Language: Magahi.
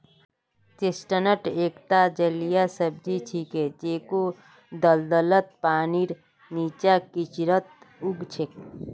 चेस्टनट एकता जलीय सब्जी छिके जेको दलदलत, पानीर नीचा, कीचड़त उग छेक